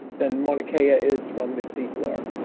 than mauna kea ah is from the seafloor.